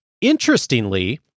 interestingly